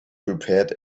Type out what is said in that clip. prepared